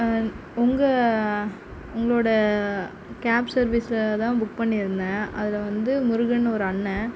உங்கள் உங்களோடய கேப் சர்வீஸில் தான் புக் பண்ணியிருந்தேன் அதில் வந்து முருகன்னு ஒரு அண்ணன்